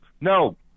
No